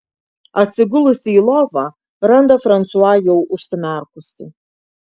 atsigulusi į lovą randa fransua jau užsimerkusį